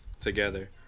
together